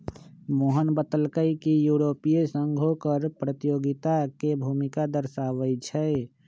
मोहन बतलकई कि यूरोपीय संघो कर प्रतियोगिता के भूमिका दर्शावाई छई